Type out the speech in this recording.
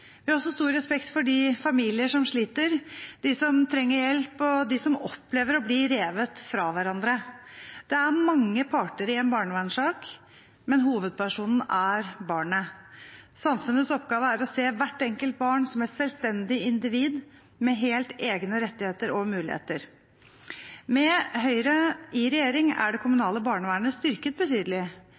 Vi har også stor respekt for de familiene som sliter, de som trenger hjelp, og de som opplever å bli revet fra hverandre. Det er mange parter i en barnevernssak, men hovedpersonen er barnet. Samfunnets oppgave er å se hvert enkelt barn som et selvstendig individ med helt egne rettigheter og muligheter. Med Høyre i regjering er det kommunale barnevernet styrket betydelig